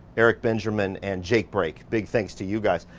eric benjamin and jake brake, big thanks to you guys.